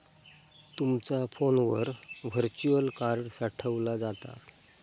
तुमचा फोनवर virtual card साठवला जाता